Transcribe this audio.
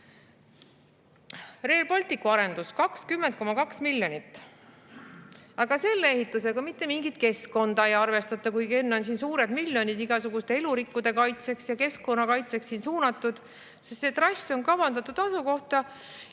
Rail Balticu arendus: 20,2 miljonit. Aga selle ehitusega mitte mingit keskkonda ei arvestata, kuigi enne on siin mitmed miljonid igasuguse elurikkuse kaitsesse ja keskkonna kaitsesse suunatud. See trass on kavandatud asukohta,